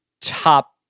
top